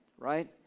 right